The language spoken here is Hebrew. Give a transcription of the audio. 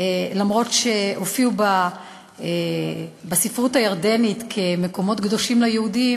אף שהופיעו בספרות הירדנית כמקומות קדושים ליהודים,